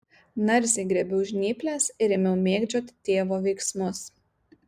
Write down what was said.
narsiai griebiau žnyples ir ėmiau mėgdžioti tėvo veiksmus